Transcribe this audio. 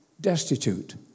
destitute